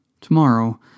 Tomorrow